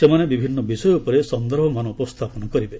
ସେମାନେ ବିଭିନ୍ନ ବିଷୟ ଉପରେ ସନ୍ଦର୍ଭମାନ ଉପସ୍ଥାପନ କରିବେ